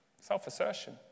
Self-assertion